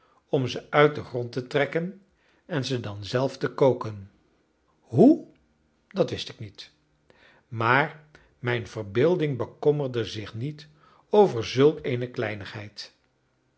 om ze uit den grond te trekken en ze dan zelf te koken hoe dat wist ik niet maar mijn verbeelding bekommerde zich niet over zulk eene kleinigheid